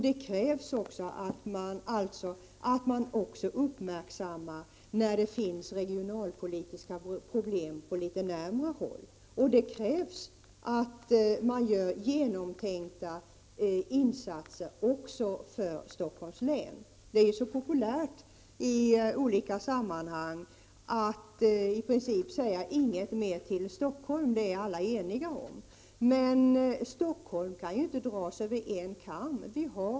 Det krävs att man också uppmärksammar när det finns regionalpolitiska problem på litet närmare håll. Det krävs att man gör genomtänkta insatser också för Stockholms län. Det är ju så populärt att i olika sammanhang i princip säga: Inget mer till Stockholm. Sådant brukar alla vara eniga om — men Stockholm kan ju inte dras över en kam.